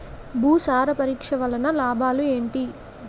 భూసార పరీక్ష వలన లాభాలు ఏంటి?